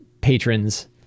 patrons